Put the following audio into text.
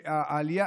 העלייה